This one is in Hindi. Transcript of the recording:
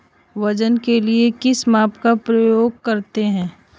वजन के लिए किस माप का उपयोग करते हैं?